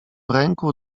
ręku